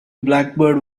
blackbird